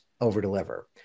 over-deliver